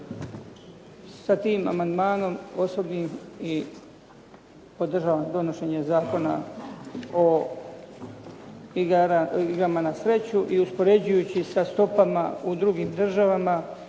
Sa tim amandmanom osobnim podržavam donošenje Zakona o igrama na sreću. I uspoređujući sa stopama u drugim državama